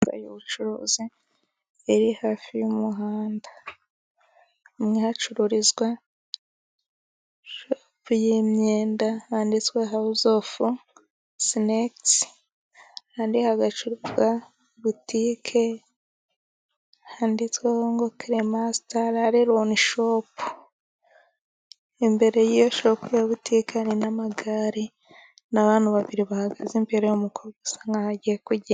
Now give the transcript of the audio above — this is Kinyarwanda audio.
Inzu y'ubucuruzi iri hafi y'umuhanda hamwe hacururizwa shopu y'imyenda, handitsweho hawuzofu sneksi ahandi hagacuruzwa butike handitsweho ngo cremastarareroni shopu, imbere y'iyo shopu hariho amagare, n'abantu babiri bahagaze imbere umukobwa usa nk'aho agiye kugenda.